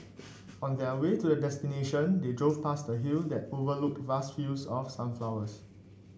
on their way to the destination they drove past a hill that overlooked vast fields of sunflowers